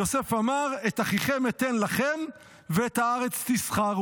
יוסף אמר, "את אחיכם אתן לכם ואת הארץ תסחרו".